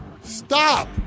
Stop